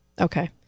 okay